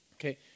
okay